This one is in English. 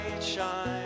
shine